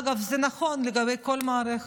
אגב, זה נכון לגבי כל מערכת,